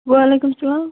وعلیکُم سلام